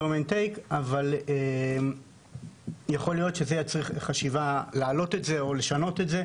--- אבל יכול להיות שיש לחשוב על העלאה של זה או שינוי של זה.